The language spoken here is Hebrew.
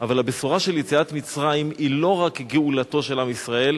אבל הבשורה של יציאת מצרים היא לא רק גאולתו של עם ישראל,